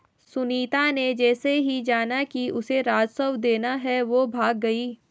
सुनीता ने जैसे ही जाना कि उसे राजस्व देना है वो भाग गई